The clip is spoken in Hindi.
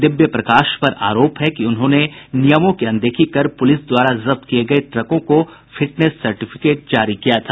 दिव्य प्रकाश पर आरोप है कि उन्होंने नियमों की अनदेखी कर पुलिस द्वारा जब्त किये गये ट्रकों को फिटनेस सर्टिफिकेट जारी किया था